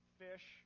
fish